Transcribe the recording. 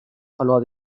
verlor